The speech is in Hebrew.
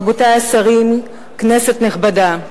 רבותי השרים, כנסת נכבדה,